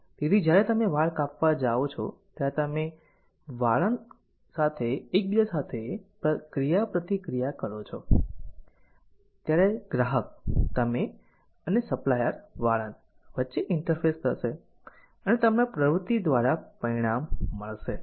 તેથી જ્યારે તમે વાળ કાપવા જાઓ છો ત્યારે તમે અને વાળંદ એકબીજા સાથે ક્રિયાપ્રતિક્રિયા કરો છો ત્યારે ગ્રાહક તમે અને સપ્લાઈર વાળંદ વચ્ચે ઇન્ટરફેસ થશે અને તમને પ્રવૃતિ દ્વારા પરિણામ મળશે